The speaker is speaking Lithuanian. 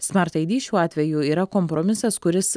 smart ai di šiuo atveju yra kompromisas kuris